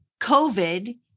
COVID